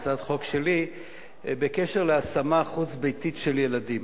ובהצעת חוק שלי בנושא השמה חוץ-ביתית של ילדים.